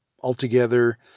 altogether